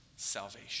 salvation